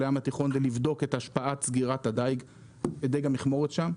הים התיכון כדי לבדוק את השפעת סגירת דיג המכמורת שם.